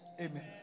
Amen